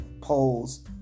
polls